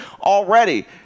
already